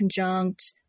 conjunct